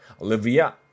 Olivia